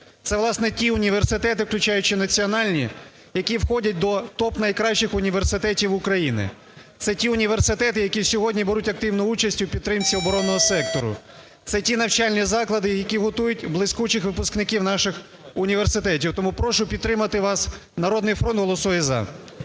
Це, власне, ті університети, включаючи національні, які входять до топ-найкращих університетів України. Це ті університети, які сьогодні беруть активну участь у підтримці оборонного сектору. Це ті навчальні заклади, які готують блискучих випускників наших університетів. Тому прошу підтримати вас. "Народний фронт" голосує "за".